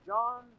John